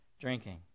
drinking